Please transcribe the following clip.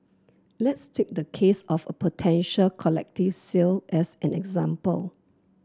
let's take the case of a potential collective sale as an example